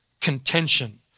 contention